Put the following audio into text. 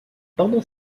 pendant